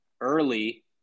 early